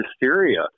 hysteria